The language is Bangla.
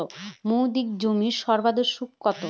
মেয়াদি জমার সর্বোচ্চ সুদ কতো?